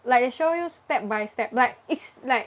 like they show you step by step like it's like